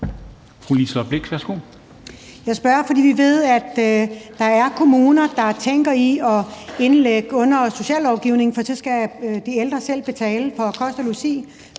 Jeg spørger, fordi vi ved, at der er kommuner, der tænker i at indlægge det ind under sociallovgivningen, for så skal de ældre selv betale for kost og logi